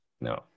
No